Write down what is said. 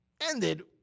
ended